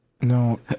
no